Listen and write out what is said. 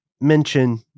mention